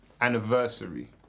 Anniversary